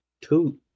two